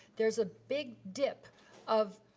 there's a big dip of